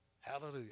Hallelujah